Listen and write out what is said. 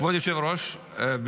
כבוד היושב-ראש,